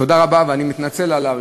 תודה רבה, ואני מתנצל על האריכות.